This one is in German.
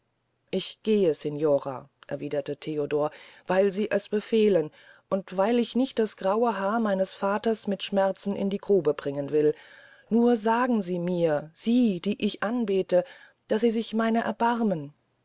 ich gehe signora antwortete theodor weil sie es befehlen und weil ich nicht das graue haar meines vaters mit schmerzen in die grube bringen will nur sagen sie mir sie die ich anbete daß sie sich meiner erbarmen